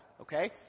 okay